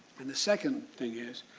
and the second thing is,